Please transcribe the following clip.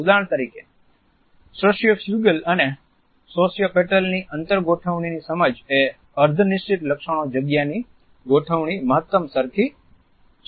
ઉદાહરણ તરીકે સોશિયોફ્યુગલ અને સોશિયોપેટલની અંતર ગોઠવણીની સમજ એ અર્ધ નિશ્ચિત લક્ષણો જગ્યાની ગોઠવણી મહત્તમ સરખી છે